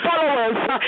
followers